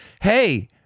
Hey